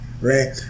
right